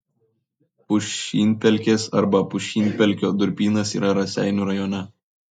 pušynpelkės arba pušynpelkio durpynas yra raseinių rajone